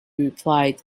replied